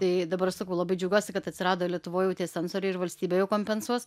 tai dabar sakau labai džiaugiuosi kad atsirado lietuvoj jau tie sensoriai ir valstybė jau kompensuos